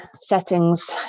settings